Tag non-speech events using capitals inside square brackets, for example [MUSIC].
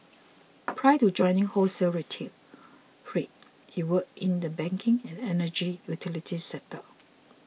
prior to joining wholesale [UNINTELLIGIBLE] trade he worked in the banking and energy utilities sectors